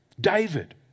david